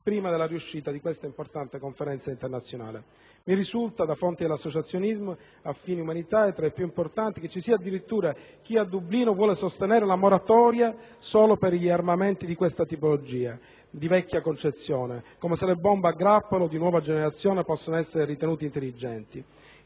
prima della riuscita di questa importante Conferenza internazionale. Mi risulta da fonti, tra le più importanti, dell'associazionismo a fini umanitari che ci sia addirittura chi a Dublino vuole sostenere la moratoria solo per gli armamenti di questa tipologia di vecchia concezione, come se le bombe a grappolo di nuova generazione possano esser ritenute intelligenti